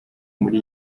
muri